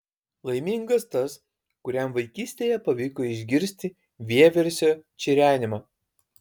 laimingas tas kuriam vaikystėje pavyko išgirsti vieversio čirenimą